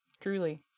Truly